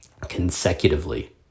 consecutively